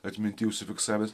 atminty užsifiksavęs